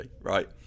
right